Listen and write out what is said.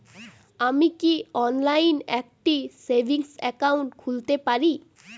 আমি কি অনলাইন একটি সেভিংস একাউন্ট খুলতে পারি?